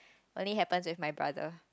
only happen with my brother